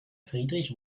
friedrich